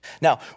Now